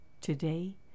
Today